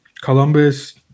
Columbus